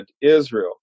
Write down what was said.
israel